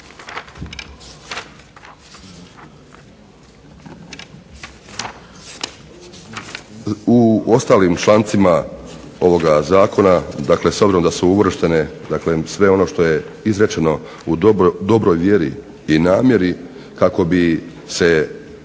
U ostalim člancima ovoga zakona, dakle s obzirom da su uvrštene dakle sve ono što je izrečeno u dobroj vjeri i namjeri kako bi se napokon